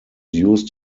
used